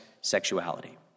sexuality